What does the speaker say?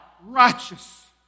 righteous